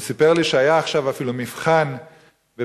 הוא סיפר לי שהיה עכשיו אפילו מבחן בפרקי